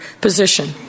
position